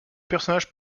personnage